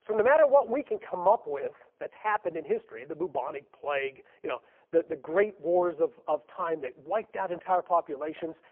so no matter what we can come up with that's happened in history, the bubonic plague, you know the the great wars of of time that wiped out entire populations.